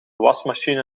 wasmachine